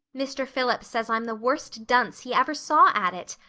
mr. phillips says i'm the worst dunce he ever saw at it.